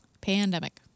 Pandemic